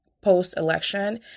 post-election